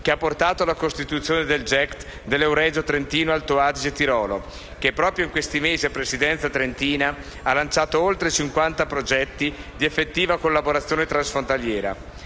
di cooperazione territoriale (GECT) dell'Euregio Trentino-Alto Adige-Tirolo, che, proprio in questi mesi a presidenza trentina, ha lanciato oltre 50 progetti di effettiva collaborazione transfrontaliera.